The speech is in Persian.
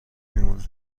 میمونه